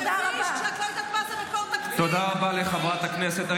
תודה רבה לחברת הכנסת.